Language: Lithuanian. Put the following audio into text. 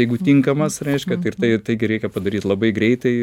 jeigu tinkamas reiškia tai ir tai taigi reikia padaryt labai greitai